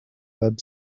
web